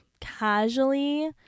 casually